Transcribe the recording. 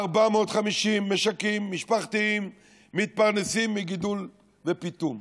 450 משקים משפחתיים מתפרנסים מגידול ופיטום.